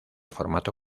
formato